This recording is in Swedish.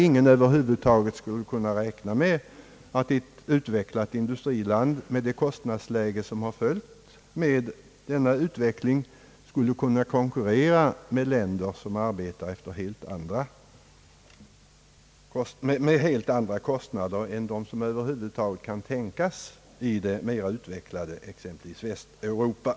Ingen kan räkna med att ett utvecklat industriland, med det kostnadsläge som kännetecknar ett sådant, skulle kunna konkurrera med länder där kostnaderna är helt andra än som kan tänkas i mera utvecklade länder, exempelvis i Västeuropa.